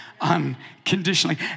unconditionally